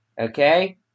Okay